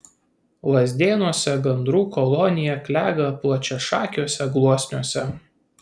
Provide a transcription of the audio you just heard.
lazdėnuose gandrų kolonija klega plačiašakiuose gluosniuose